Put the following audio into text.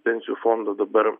pensijų fondą dabar